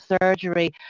surgery